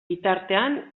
bitartean